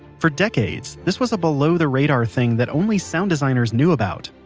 for decades, this was a below the radar thing that only sound designers knew about.